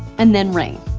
and then ring.